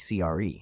CRE